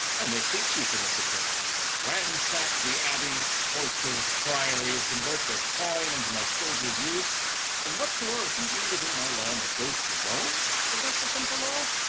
i make thee chief in this affair ransack the abbeys, cloisters, priories, convert their coin unto my soldiers' use and whatsoe'er he be within my land, that goes to rome for justice and for law,